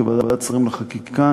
כוועדת שרים לחקיקה,